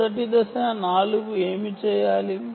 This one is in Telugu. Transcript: మొదటి దశ 4 ఏమి చేయాలి